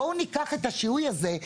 בואו ניקח את השיהוי הזה,